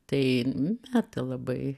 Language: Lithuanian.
tai meta labai